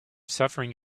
suffering